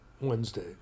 Wednesday